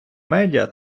медіа